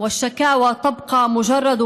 המשטרה ועל הממשלה,